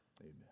Amen